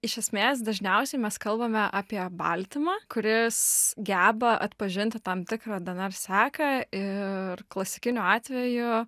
iš esmės dažniausiai mes kalbame apie baltymą kuris geba atpažinti tam tikrą dnr seką ir klasikiniu atveju